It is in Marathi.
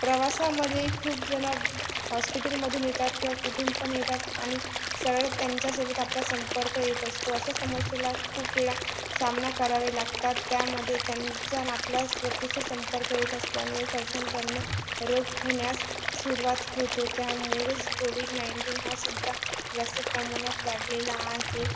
प्रवासामध्येही खूप जणं हॉस्पिटलमधून येतात किंवा कुठून पण येतात आणि सरळ त्यांच्यासोबत आपला संपर्क येत असतो अशा समस्येला खूप वेळा सामना करावे लागतात त्यामध्ये त्यांचा आणि आपला प्रत्यक्ष संपर्क येत असल्यामुळे संसर्गजन्य रोग होण्यास सुरुवात होतो त्यामुळेच कोविड नाईनटी हासुद्धा जास्त प्रमाणात वाढलेला आहे